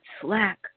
slack